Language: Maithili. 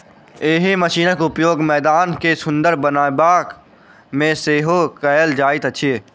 एहि मशीनक उपयोग मैदान के सुंदर बनयबा मे सेहो कयल जाइत छै